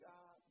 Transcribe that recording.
God